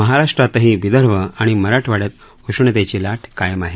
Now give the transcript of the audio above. महाराष्ट्रातही विदर्भ आणि मराठवाड्यात उष्णतेची लाट कायम आहे